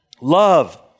Love